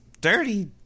dirty